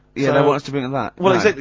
yeah they want us to bring and